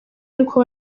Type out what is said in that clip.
y’uko